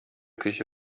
küche